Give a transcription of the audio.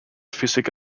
psychic